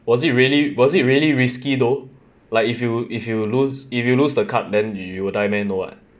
was it really was it really risky though like if you if you lose if you lose the card then you will die meh no [what]